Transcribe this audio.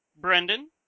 Brendan